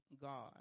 God